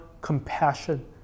compassion